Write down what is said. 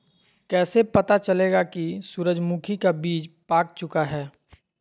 कैसे पता चलेगा की सूरजमुखी का बिज पाक चूका है?